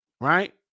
right